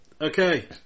Okay